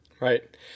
Right